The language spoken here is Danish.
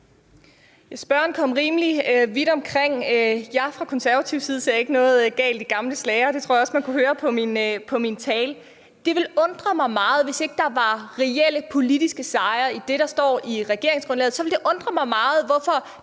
Spørgeren kom rimelig vidt omkring. Som konservativ ser jeg ikke noget galt i gamle slagere, og det tror jeg også man kunne høre på min tale. Det ville undre mig meget, hvis ikke der var reelle politiske sejre i det, der står i regeringsgrundlaget, og det ville også undre mig, at